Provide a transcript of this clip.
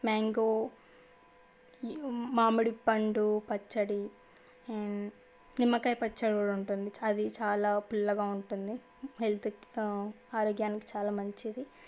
mango మామిడి పండు పచ్చడి నిమ్మకాయ పచ్చడి కూడా ఉంటుంది అది చాలా పుల్లగా ఉంటుంది హెల్త్కి ఆరోగ్యానికి చాలా మంచిది